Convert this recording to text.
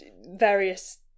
various